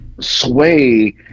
sway